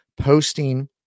posting